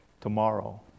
tomorrow